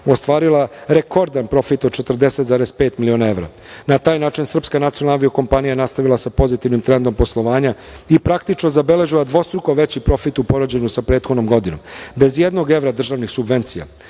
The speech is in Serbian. ostvarila rekordan profit od 40,5 miliona evra. Na taj način srpska nacionalna aviokompanija je nastavila sa pozitivnim trendom poslovanja i praktično zabeležila dvostruko većih profit u poređenju sa prethodnom godinom, bez ijednog evra državnih subvencija.